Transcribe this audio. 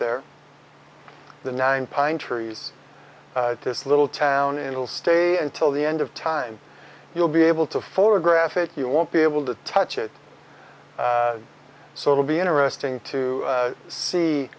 there the nine pine trees this little town in will stay until the end of time you'll be able to photograph it you won't be able to touch it so it'll be interesting to see